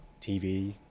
TV